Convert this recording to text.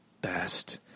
best